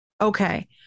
Okay